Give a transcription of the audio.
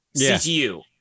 ctu